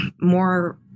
more